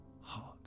heart